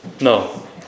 No